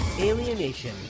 alienation